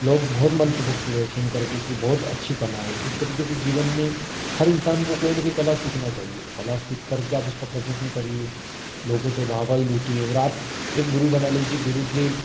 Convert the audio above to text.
लोग बहुत मंत्रमुग्ध हुए सुन करके कि बहुत अच्छी कला है इस तरीके से जीवन में हर इंसान को कोई न कोई कला सीखना चाहिए कला सीख करके आप उसका प्रदर्शन करिए लोगों से वाह वाही लूटिए और आप एक गुरु बना लीजिए गुरु के